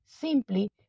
Simply